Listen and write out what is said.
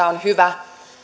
on hyvä